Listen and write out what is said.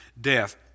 death